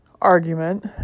argument